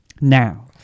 Now